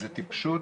זאת טיפשות.